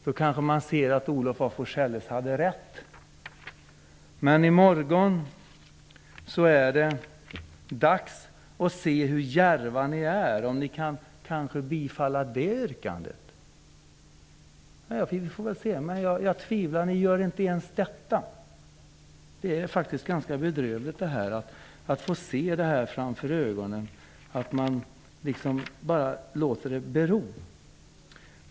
då kanske man ser att Olof af Forselles hade rätt. Men i morgon är det dags att se hur djärva ni är, om ni kan bifalla det yrkandet. Vi får väl se, men jag tvivlar. Ni gör nog inte ens detta. Det är faktiskt ganska bedrövligt att se att man liksom bara låter det bero.